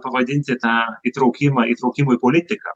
pavadinsi tą įtraukimą įtraukimu į politiką